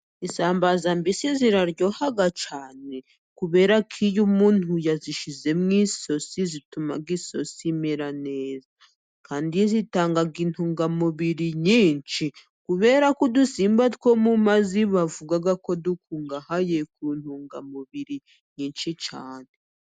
Isambaza mbise ziraryoha cyane, kubera ko iyo umuntu yazishyize mu isosi zituma isosi imera neza, kandi zitanga intungamubiri nyinshi, kubera ko udusimba two mu mazi bavuga ko dukungahaye ku ntungamubiri nyinshi cyane.